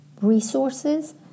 resources